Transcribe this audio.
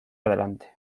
adelante